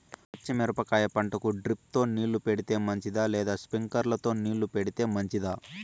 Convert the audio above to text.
పచ్చి మిరపకాయ పంటకు డ్రిప్ తో నీళ్లు పెడితే మంచిదా లేదా స్ప్రింక్లర్లు తో నీళ్లు పెడితే మంచిదా?